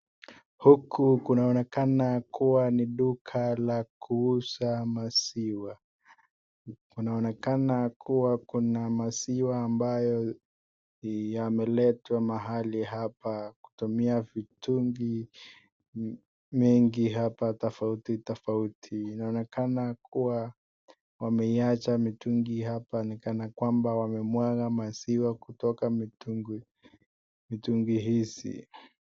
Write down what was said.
Huku kunaonekana kuwa ni duka la kuuza maziwa, kunaonekana kuwa kuna maziwa ambayo yameletwa mahali hapa kutumia mitungi mingi hapa tofauti tofauti, inaonekana kuwa wameiacha mitungi hapa ni kana kwamba wamemwaga maziwa kutoka mitungi mitungi hizi